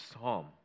psalm